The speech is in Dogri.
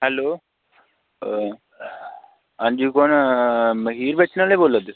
हैलो हंजी कु'न मखीर बेचने आह्ले बोल्लै दे